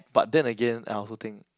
but then again I also think